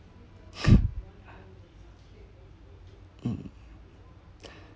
mm